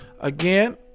again